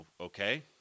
okay